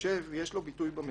לו ביטוי במציאות.